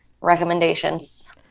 recommendations